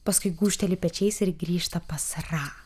paskui gūžteli pečiais ir grįžta pas ra